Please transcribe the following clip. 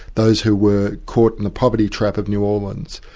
those who were caught in the poverty trap of new orleans,